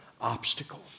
obstacle